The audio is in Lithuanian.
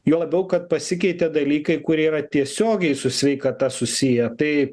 juo labiau kad pasikeitė dalykai kurie yra tiesiogiai su sveikata susiję tai